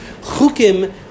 Chukim